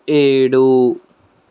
ఏడు